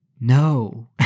no